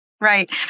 Right